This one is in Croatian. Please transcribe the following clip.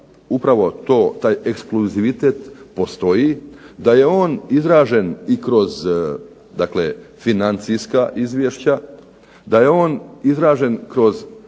upravo taj ekskluzivitet postoji da je on izražen i kroz financijska izvješća, da je on izražen i kroz